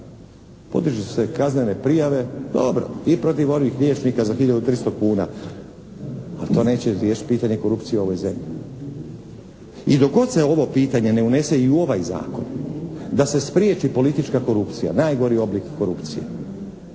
Podižu se kaznene prijave, dobro, i protiv onih liječnika za 1300 kuna. Ali to neće riješiti pitanje korupcije u ovoj zemlji. I dok god se ovo pitanje ne unese i u ovaj zakon da se spriječi politička korupcija, najgori oblik korupcije